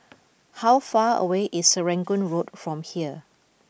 how far away is Serangoon Road from here